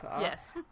yes